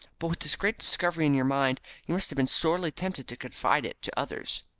but with this great discovery in your mind you must have been sorely tempted to confide it to others.